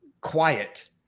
quiet